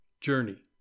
journey